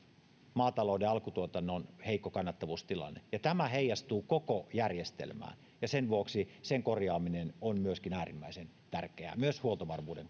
maatalouden alkutuotannon heikko kannattavuustilanne ja tämä heijastuu koko järjestelmään sen vuoksi sen korjaaminen on myöskin äärimmäisen tärkeää myös huoltovarmuuden